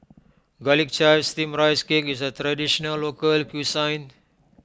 Garlic Chives Steamed Rice Cake is a Traditional Local Cuisine